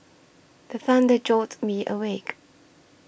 the thunder jolt me awake